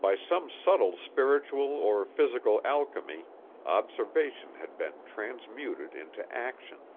by some subtle spiritual or physical alchemy observation had been transmuted into action